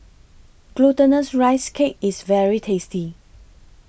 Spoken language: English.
Glutinous Rice Cake IS very tasty